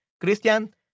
Christian